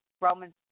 Romans